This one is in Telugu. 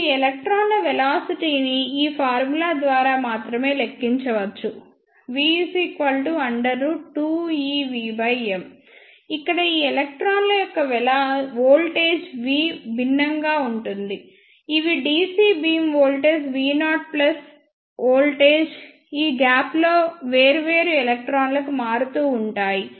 మరియు ఈ ఎలక్ట్రాన్ల వెలాసిటీ ని ఈ ఫార్ములా ద్వారా మాత్రమే లెక్కించవచ్చు v2eVm ఇక్కడ ఈ ఎలక్ట్రాన్ల యొక్క వోల్టేజ్V భిన్నంగా ఉంటుంది ఇవి dc beam voltage V0 plus voltage ఈ గ్యాప్లో వేర్వేరు ఎలక్ట్రాన్లకు మారుతూ ఉంటాయి